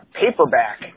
paperback